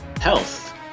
health